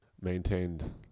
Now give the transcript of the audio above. maintained